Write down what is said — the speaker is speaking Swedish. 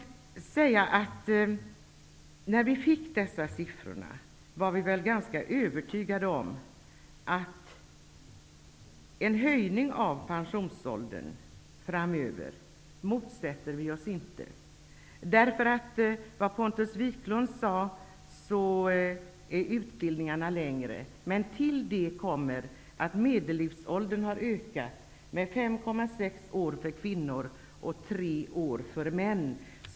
När vi fick dessa siffror var vi ganska övertygade om att vi inte motsätter oss en höjning av pensionsåldern framöver, eftersom utbildningarna är längre, något som Pontus Wiklund sade. Men därtill kommer att medellivsåldern har ökat med 5,6 år för kvinnor och 3 år för män.